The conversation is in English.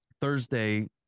Thursday